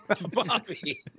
Bobby